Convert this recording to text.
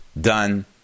done